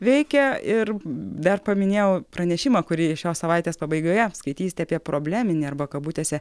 veikia ir dar paminėjau pranešimą kurį šios savaitės pabaigoje skaitysite apie probleminę arba kabutėse